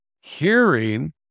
Hearing